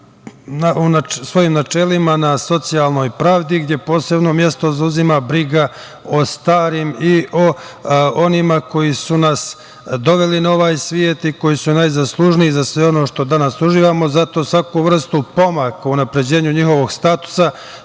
u svojim načelima na socijalnoj pravdi gde posebno mesto zauzima briga o starim i o onima koji su nas doveli na ovaj svet i koji su najzaslužniji za sve ono što danas uživamo, zato svaku vrstu pomaka u unapređenju njihovog statusa